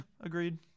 agreed